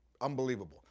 unbelievable